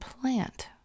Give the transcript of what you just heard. plant